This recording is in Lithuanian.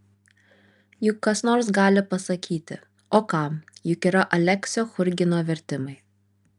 juk kas nors gali pasakyti o kam juk yra aleksio churgino vertimai